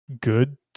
good